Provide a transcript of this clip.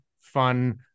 fun